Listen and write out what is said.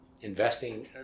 investing